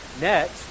Next